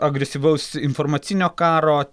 agresyvaus informacinio karo